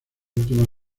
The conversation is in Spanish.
última